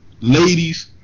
Ladies